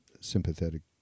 sympathetic